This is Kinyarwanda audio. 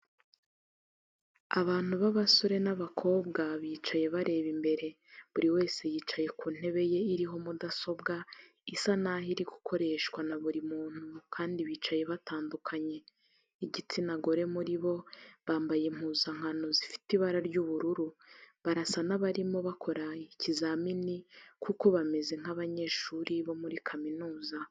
Abantu b'abasore n'abakobwa bicaye bareba imbere, buri wese yicaye ku ntebe ye iriho mudasobwa isa naho iri gukoreshwa na buri muntu kandi bicaye batandukanye. Igitsina gore muri bo, bambaye impuzankano zifite ibara ry'ubururu. Barasa n'abarimo bakora ikizamini kuko bameze nk'abanyeshuri bo muri Kaminuza.